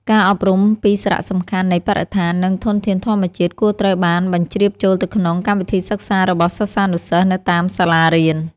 ការអប់រំពីសារៈសំខាន់នៃបរិស្ថាន និងធនធានធម្មជាតិគួរត្រូវបានបញ្ជ្រាបចូលទៅក្នុងកម្មវិធីសិក្សារបស់សិស្សានុសិស្សនៅតាមសាលារៀន។